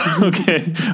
Okay